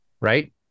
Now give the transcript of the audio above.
Right